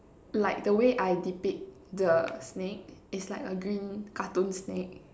like the way I depict the snake is like a green cartoon snake